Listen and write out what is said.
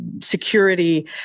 security